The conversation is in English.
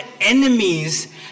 enemies